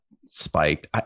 spiked